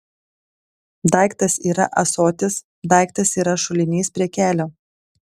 daiktas yra ąsotis daiktas yra šulinys prie kelio